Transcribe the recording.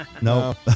Nope